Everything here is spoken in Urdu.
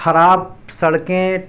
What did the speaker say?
خراب سڑکیں